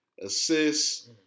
assists